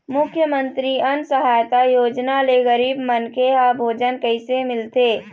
मुख्यमंतरी अन्न सहायता योजना ले गरीब मनखे ह भोजन कइसे मिलथे?